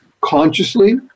Consciously